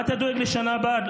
מה אתה דואג לשנה הבאה?